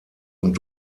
und